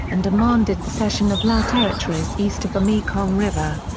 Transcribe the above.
and demanded the cession of lao territories east of the mekong river.